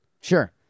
Sure